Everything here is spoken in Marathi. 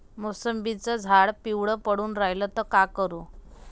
मोसंबीचं झाड पिवळं पडून रायलं त का करू?